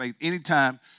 Anytime